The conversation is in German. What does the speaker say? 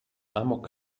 amok